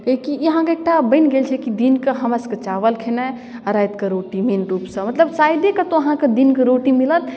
किएक कि ई अहाँके एकटा बनि गेल छै कि दिनकऽ हमरा सबके चावल खेनाइ आओर राति कऽ रोटी मेन रूपसँ मतलब शायदे कतौ अहाँके दिन कऽ रोटी मिलत